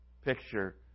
picture